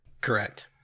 Correct